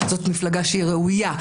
זאת מפלגה ראויה.